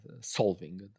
solving